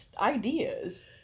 ideas